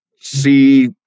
see